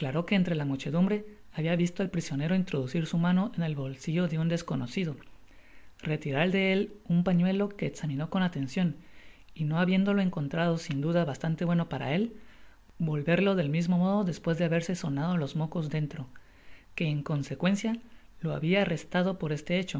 entre la muchedumbre habia visto al prisionero introducir su mano en el bolsillo de un desconocido retirar de el un pañuelo que examinó con atencion y no habiéndolo encontrado sin duda bastante bueno para él volverlo del mismo modo despues de haberse sonado los mocos dentro que en consecuencia lo habia arrestado por este